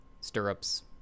Stirrups